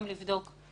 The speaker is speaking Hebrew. קיים